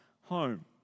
home